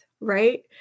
right